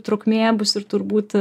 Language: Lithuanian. trukmė bus ir turbūt